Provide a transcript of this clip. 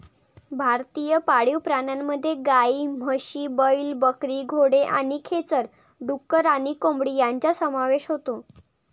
भारतीय पाळीव प्राण्यांमध्ये गायी, म्हशी, बैल, बकरी, घोडे आणि खेचर, डुक्कर आणि कोंबडी यांचा समावेश होतो